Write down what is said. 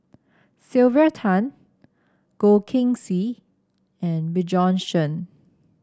Sylvia Tan Goh Keng Swee and Bjorn Shen